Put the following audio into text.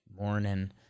morning